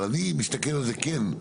אבל אני מסתכל על זה כן,